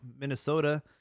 Minnesota